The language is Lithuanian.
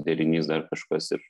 derinys dar kažkas ir